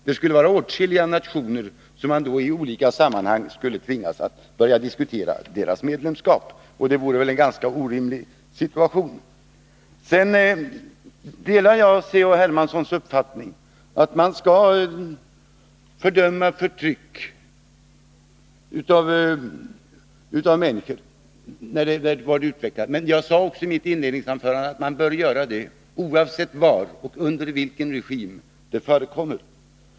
Det vore åtskilliga nationers medlemskap som man då skulle tvingas att börja diskutera. Det vore en ganska orimlig situation. Sedan delar jag C.-H. Hermanssons uppfattning att man skall fördöma förtryck av människor. Men jag sade också i mitt inledningsanförande att man bör göra det oavsett var och under vilken regim det förekommer.